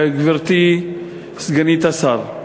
גברתי סגנית השר,